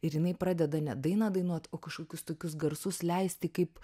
ir jinai pradeda ne dainą dainuot o kažkokius tokius garsus leisti kaip